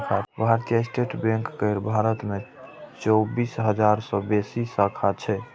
भारतीय state bank केर भारत मे चौबीस हजार सं बेसी शाखा छै